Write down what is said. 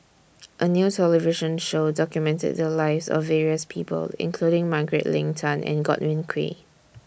A New television Show documented The Lives of various People including Margaret Leng Tan and Godwin Koay